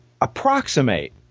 approximate